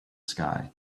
sky